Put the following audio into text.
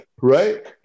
Right